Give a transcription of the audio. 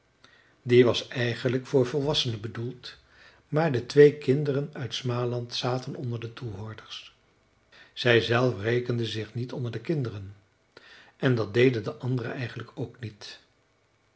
die was eigenlijk voor volwassenen bedoeld maar de twee kinderen uit smaland zaten onder de toehoorders zij zelf rekenden zich niet onder de kinderen en dat deden de andere eigenlijk ook niet